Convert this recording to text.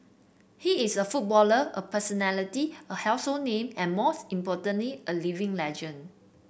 he is a footballer a personality a household name and most importantly a living legend